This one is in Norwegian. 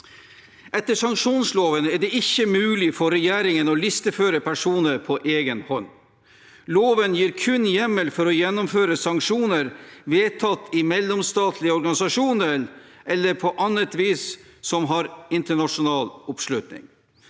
Etter sanksjonsloven er det ikke mulig for regjeringen å listeføre personer på egen hånd. Loven gir kun hjemmel for å gjennomføre sanksjoner som er vedtatt i mellomstatlige organisasjoner, eller som på annet vis har internasjonal oppslutning.